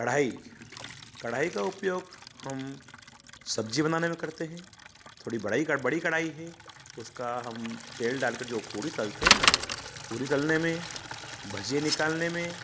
कड़ाही कड़ाही का उपयोग हम सब्ज़ी बनाने में करते हैं थोड़ी बड़ाई का बड़ी कड़ाही है तो उसका हम तेल डाल कर जो पूड़ी तलते हैं ना पूड़ी तलने में भजिया निकालने में